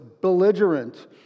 belligerent